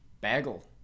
Bagel